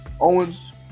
Owens